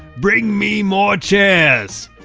bring me more chairs!